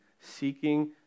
Seeking